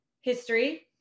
history